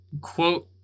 quote